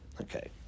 okay